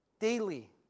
Daily